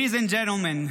Ladies and Gentlemen,